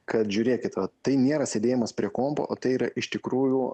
kad žiūrėkit va tai nėra sėdėjimas prie kompo o tai yra iš tikrųjų